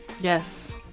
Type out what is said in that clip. Yes